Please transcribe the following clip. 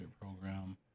program